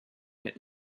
get